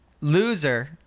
Loser